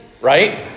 right